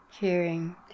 hearing